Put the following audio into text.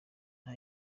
nta